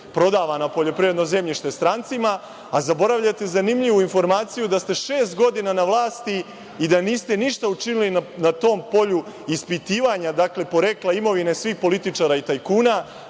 prodavano poljoprivredno zemljište strancima, a zaboravljate zanimljivu informaciju, da ste šest godina na vlasti i da niste ništa učinili na tom polju ispitivanja porekla imovine svih političara i tajkuna,